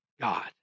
God